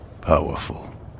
Powerful